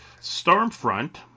Stormfront